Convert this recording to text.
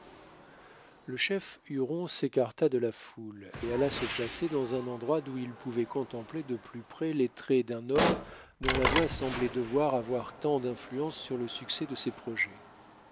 le chef huron s'écarta de la foule et alla se placer dans un endroit d'où il pouvait contempler de plus près les traits d'un homme dont la voix semblait devoir avoir tant d'influence sur le succès de ses projets